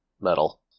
metal